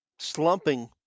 slumping